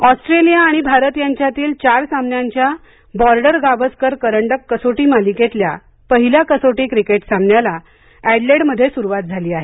Bharat Australia कसोटी सामना Australia आणि भारत यांच्यातील चार सामन्यांच्या बॉर्डर गावस्कर करंडक कसोटी मालिकेतल्या पहिल्या कसोटी क्रिकेट सामन्याला एडलेड मध्ये सुरुवात झाली आहे